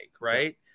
Right